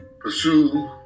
pursue